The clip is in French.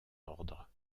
ordre